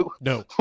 no